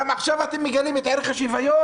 גם עכשיו אתם מגלים את ערך השוויון?